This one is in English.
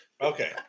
Okay